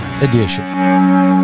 Edition